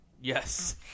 Yes